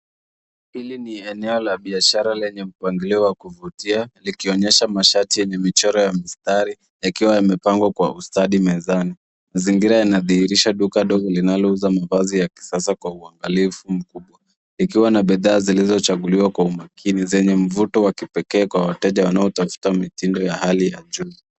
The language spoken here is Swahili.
Hili ni eneo la biashara lenye mpangilio wa kuvutia, likionyesha mashati, yenye michoro ya mistari, yakiwa yamepangwa kwa ustadi mezani. Mazingira yanadhihirisha duka dogo linalouza mavazi ya kisasa kwa uangalifu mkubwa. Yakiwa na bidhaa zilizochaguliwa kwa umakini, zenye mvuto wa kipekee kwa wateja wanaotafuta mitindo ya hali ya juu.